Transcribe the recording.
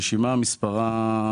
הרשימה מספרה